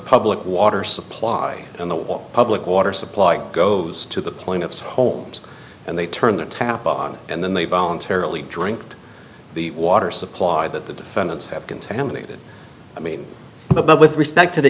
public water supply in the public water supply goes to the point of homes and they turn the tap off and then they voluntarily drink the water supply that the defendants have contaminated i mean but with respect to the